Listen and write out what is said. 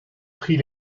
prix